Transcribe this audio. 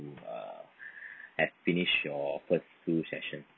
you uh have finish your first two session